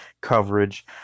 coverage